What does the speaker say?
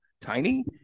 tiny